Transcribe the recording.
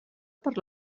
per